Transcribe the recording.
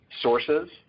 sources